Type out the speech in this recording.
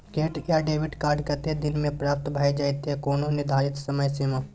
Credit या debit card कत्ते दिन म प्राप्त भ जेतै, कोनो निर्धारित समय सीमा?